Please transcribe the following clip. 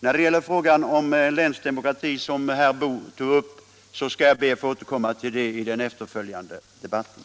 När det gäller frågan om länsdemokrati, som herr Boo tog upp, skall jag be att få återkomma till den i den efterföljande debatten.